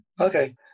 okay